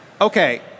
Okay